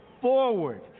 forward